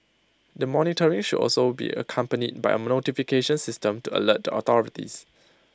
the monitoring should also be accompanied by A notification system to alert the authorities